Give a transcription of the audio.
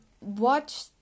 watch